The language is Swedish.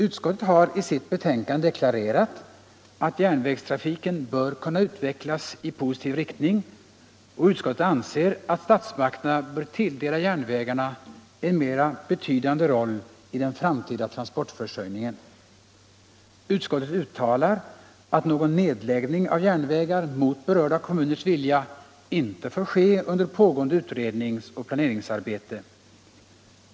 Utskottet har i sitt betänkande deklarerat att järnvägstrafiken bör kunna utvecklas i positiv riktning, och utskottet anser att statsmakterna bör tilldela järnvägarna en mer betydande roll i den framtida transportförsörjningen. Utskottet uttalar att någon nedläggning av järnvägar mot berörda kommuners vilja inte får ske under pågående utrednings och planeringsarbete.